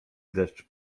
deszcz